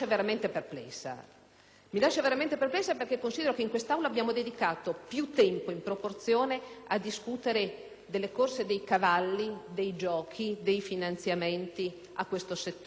mi lascia veramente perplessa, perché considero che in quest'Aula abbiamo dedicato più tempo, in proporzione, a discutere delle corse dei cavalli, dei giochi e dei finanziamenti a questo settore che non